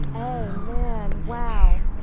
and amen. wow!